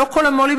לא כל המו"לים,